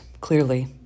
clearly